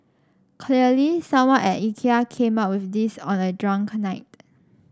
clearly someone at Ikea came up with this on a drunk night